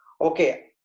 Okay